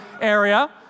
area